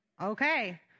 Okay